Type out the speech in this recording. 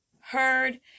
heard